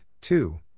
two